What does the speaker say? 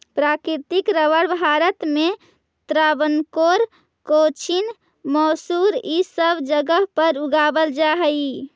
प्राकृतिक रबर भारत में त्रावणकोर, कोचीन, मैसूर इ सब जगह पर उगावल जा हई